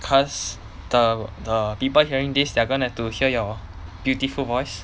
cause the the people hearing this they're gonna to hear your beautiful voice